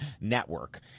network